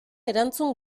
erantzun